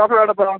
അത് വേണ്ടപ്പാ